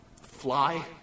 fly